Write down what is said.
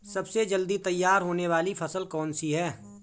सबसे जल्दी तैयार होने वाली फसल कौन सी है?